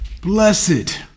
Blessed